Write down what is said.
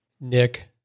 Nick